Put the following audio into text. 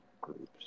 groups